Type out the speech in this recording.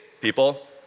people